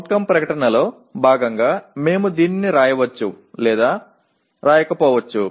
CO ప్రకటనలో భాగంగా మేము దీనిని వ్రాయవచ్చు లేదా రాకపోవచ్చు